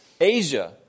Asia